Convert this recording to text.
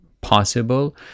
possible